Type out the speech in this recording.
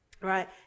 right